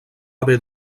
haver